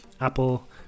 apple